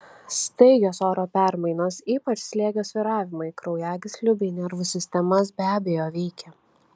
staigios oro permainos ypač slėgio svyravimai kraujagyslių bei nervų sistemas be abejo veikia